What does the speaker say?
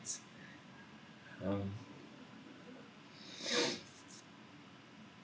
it's um